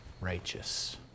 righteous